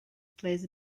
plays